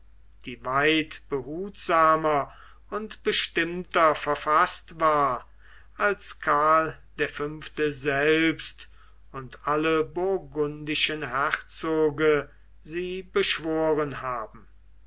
die weit behutsamer und bestimmter verfaßt war als karl der fünfte selbst und alle burgundischen herzoge sie beschworen haben